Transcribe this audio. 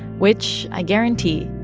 which, i guarantee,